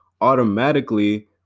automatically